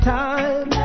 time